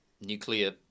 nuclear